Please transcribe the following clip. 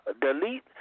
Delete